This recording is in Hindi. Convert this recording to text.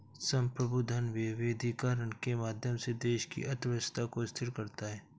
संप्रभु धन विविधीकरण के माध्यम से देश की अर्थव्यवस्था को स्थिर करता है